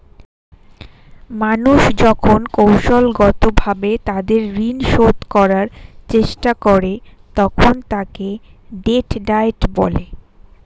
মানুষ যখন কৌশলগতভাবে তাদের ঋণ শোধ করার চেষ্টা করে, তখন তাকে ডেট ডায়েট বলে